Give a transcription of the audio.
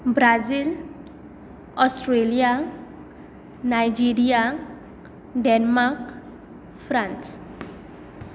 Brazil Australia Nigeria Denmark France